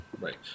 Right